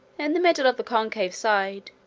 and the middle of the concave side,